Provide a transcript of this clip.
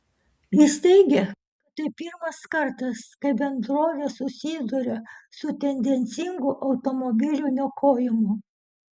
jis teigė kad tai pirmas kartas kai bendrovė susiduria su tendencingu automobilių niokojimu